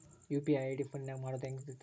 UPI ID ಫೋನಿನಾಗ ಮಾಡೋದು ಹೆಂಗ ತಿಳಿಸ್ರಿ?